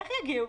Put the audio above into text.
איך יגיעו?